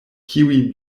kiuj